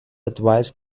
advice